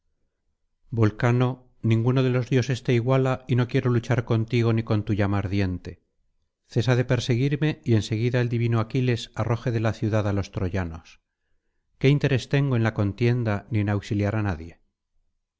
vulcanol ninguno de los dioses te iguala y no quiero luchar contigo ni con tu llama ardiente cesa de perseguirme y en seguida el divino aquiles arroje de la ciudad á los troyanos qué interés tengo en la contienda ni en auxiliar á nadie